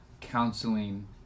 counseling